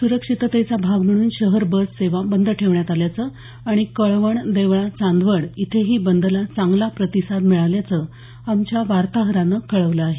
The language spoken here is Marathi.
सुरक्षिततेचा भाग म्हणून शहर बस सेवा बंद ठेवण्यात आल्याचं आणि कळवण देवळा चांदवड इथेही बंदला चांगला प्रतिसाद मिळाल्याचं आमच्या वार्ताहरानं कळवलं आहे